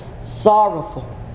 sorrowful